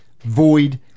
void